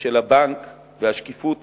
של הבנק והשקיפות